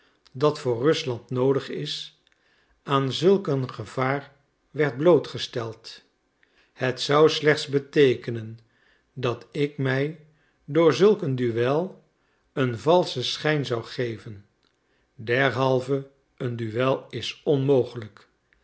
dat voor rusland noodig is aan zulk een gevaar werd blootgesteld het zou slechts beteekenen dat ik mij door zulk een duel een valschen schijn zou geven derhalve een duel is onmogelijk